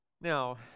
Now